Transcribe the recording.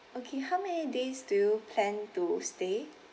okay how many days do you plan to stay